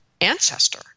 ancestor